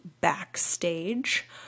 backstage